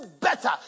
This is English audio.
better